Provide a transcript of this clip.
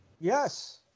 yes